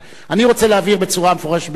אני רוצה להבהיר בצורה המפורשת ביותר: